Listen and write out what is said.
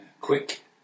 Quick